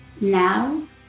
Now